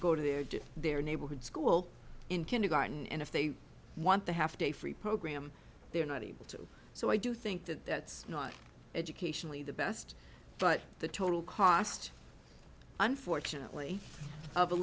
go to their do their neighborhood school in kindergarten and if they want to have to a free program they're not able to do so i do think that that's not educationally the best but the total cost unfortunately o